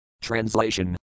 Translation